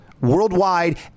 worldwide